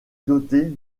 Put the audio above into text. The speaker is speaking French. doté